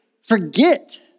forget